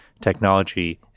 technology